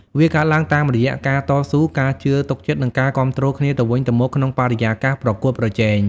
វាកើតឡើងតាមរយៈការតស៊ូ ការជឿទុកចិត្ត និងការគាំទ្រគ្នាទៅវិញទៅមកក្នុងបរិយាកាសប្រកួតប្រជែង។